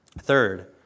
Third